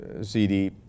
CD